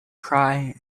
cry